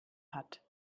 hat